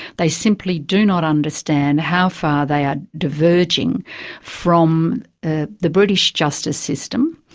they simply do not understand how far they are diverging from the british justice system,